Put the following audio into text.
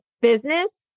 business